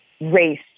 race